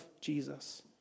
Jesus